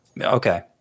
okay